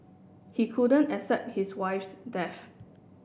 he couldn't accept his wife's death